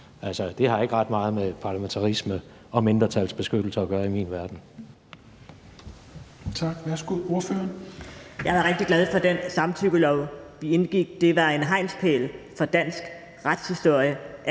verden ikke ret meget med parlamentarisme og mindretalsbeskyttelse at gøre. Kl.